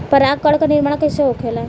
पराग कण क निर्माण कइसे होखेला?